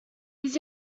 his